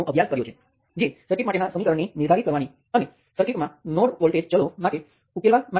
તો હું કહું કે આ સર્કિટ લો જેમાં કરંટ નિયંત્રિત વોલ્ટેજ સ્ત્રોત છે